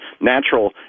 natural